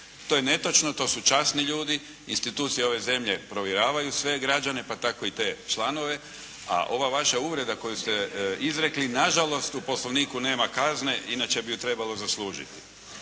To je netočno, to su časni ljudi, institucije ove zemlje provjeravaju svoje građane pa tako i te članove. A ova vaša uvreda koju ste izrekli nažalost u poslovniku nema kazne, inače bi ju trebalo zaslužiti.